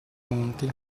monti